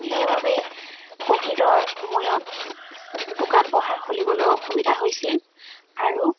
সেইবাবে ক'ভিডৰ সময়ত দোকান পোহাৰ খুলিবলৈ অসুবিধা হৈছিল আৰু